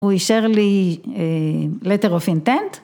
הוא אישר לי letter of intent